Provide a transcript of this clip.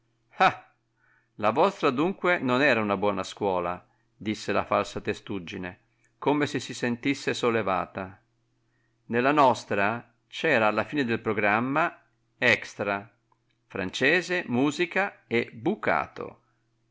la vostra dunque non era una buona scuola disse la falsa testuggine come se si sentisse sollevata nella nostra c'era alla fine del programma extra francese musica e bucato